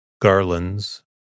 garlands